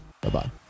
Bye-bye